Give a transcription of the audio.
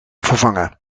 vervangen